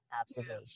observation